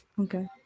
okay